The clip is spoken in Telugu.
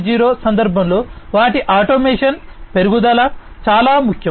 0 సందర్భంలో వాటి ఆటోమేషన్ మెరుగుదల చాలా ముఖ్యం